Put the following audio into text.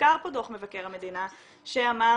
הוזכר פה דוח מבקר המדינה שאמר,